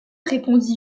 répondit